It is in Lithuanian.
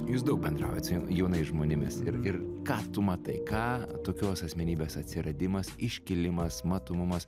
jūs daug bendraujat su jau jaunais žmonėmis ir ir ką tu matai ką tokios asmenybės atsiradimas iškilimas matomumas